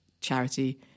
charity